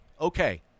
Okay